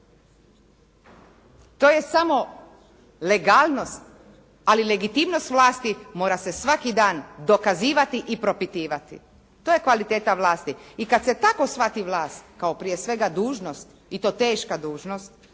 To je samo legalnost, ali legitimnost vlasti mora se svaki dan dokazivati i propitivati. To je kvaliteta vlasti i kad se tako shvati vlast kao prije svega dužnost i to teška dužnost